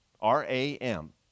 R-A-M